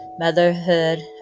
Motherhood